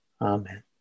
Amen